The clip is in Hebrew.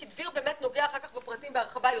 כי דביר נוגע בפרטים בהרחבה יותר,